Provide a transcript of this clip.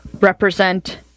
represent